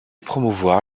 promouvoir